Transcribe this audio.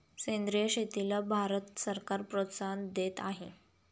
सेंद्रिय शेतीला भारत सरकार प्रोत्साहन देत आहे